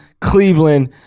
Cleveland